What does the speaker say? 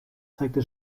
zeigte